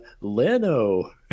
Leno